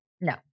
no